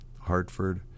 Hartford